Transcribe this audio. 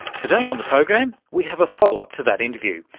today on the program, we have a follow-up to that interview.